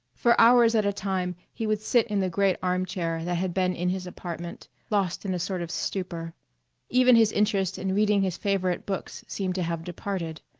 for hours at a time he would sit in the great armchair that had been in his apartment, lost in a sort of stupor even his interest in reading his favorite books seemed to have departed,